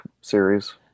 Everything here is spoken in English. series